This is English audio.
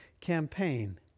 campaign